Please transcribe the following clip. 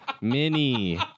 mini